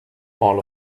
all